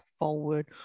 Forward